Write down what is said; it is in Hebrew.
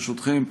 ברשותכם,